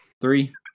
Three